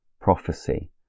prophecy